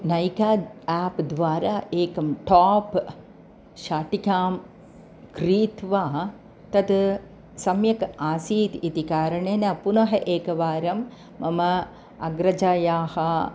नैका एप् द्वारा एकं ठोप् शाटिकां क्रीत्वा तत् सम्यक् आसीत् इति कारणेन पुनः एकवारं मम अग्रजायाः